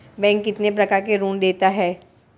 Bank कितने प्रकार के ऋण देता है?